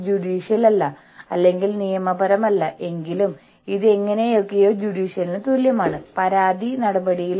കൂടാതെ ധാരാളം ജീവനക്കാർ ഓഫീസ് സമയത്തിന് പുറത്ത് ഇത് ചെയ്യാൻ ആഗ്രഹിക്കുന്നില്ല